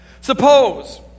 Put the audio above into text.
Suppose